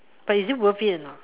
but is it worth it or not